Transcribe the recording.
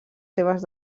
seves